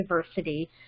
diversity